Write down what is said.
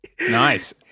nice